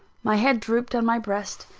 my head drooped on my breast,